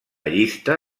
llista